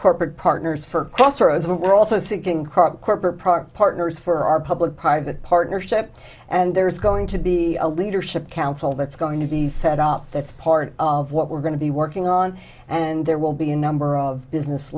corporate partners for crossroads and we're also thinking corporate partners for our public private partnership and there's going to be a leadership council that's going to be set up that's part of what we're going to be working on and there will be a number of business